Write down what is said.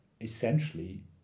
essentially